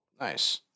Nice